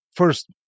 First